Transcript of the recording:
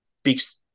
speaks